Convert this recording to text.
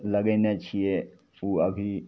लगेने छिए ओ अभी